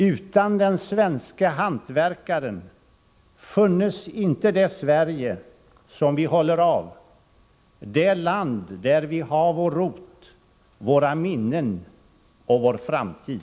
Utan den svenske hantverkaren funnes inte det Sverige, som vi håller av, det land, där vi ha vår rot, våra minnen och vår framtid.”